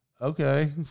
okay